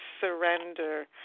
surrender